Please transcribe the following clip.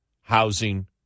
housing